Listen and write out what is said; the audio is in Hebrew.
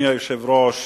אדוני היושב-ראש,